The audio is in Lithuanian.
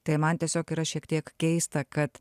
tai man tiesiog yra šiek tiek keista kad